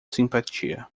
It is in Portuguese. simpatia